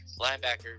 linebacker